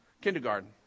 kindergarten